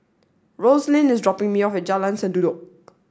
Roselyn is dropping me off at Jalan Sendudok